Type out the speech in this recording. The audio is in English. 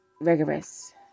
rigorous